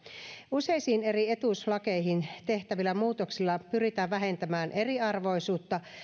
useisiin eri etuisuuslakeihin tehtävillä muutoksilla pyritään vähentämään eriarvoisuutta